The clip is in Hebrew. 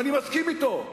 ואני מסכים אתו.